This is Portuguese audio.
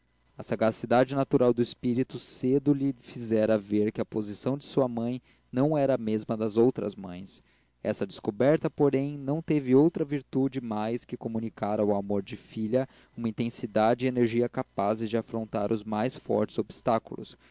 a sagacidade natural do espírito cedo lhe fizera ver que a posição de sua mãe não era a mesma das outras mães essa descoberta porém não teve outra virtude mais que comunicar ao amor de filha uma intensidade e energia capazes de afrontar os mais fortes obstáculos